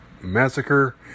Massacre